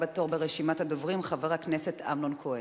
הבא בתור ברשימת הדוברים, חבר הכנסת אמנון כהן.